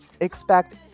expect